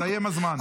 הסתיים הזמן.